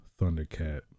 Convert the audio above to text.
Thundercat